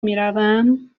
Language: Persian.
میروم